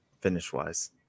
finish-wise